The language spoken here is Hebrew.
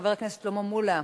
חבר הכנסת שלמה מולה,